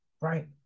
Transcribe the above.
Right